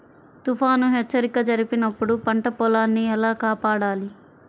తుఫాను హెచ్చరిక జరిపినప్పుడు పంట పొలాన్ని ఎలా కాపాడాలి?